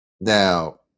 Now